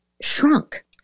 shrunk